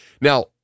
Now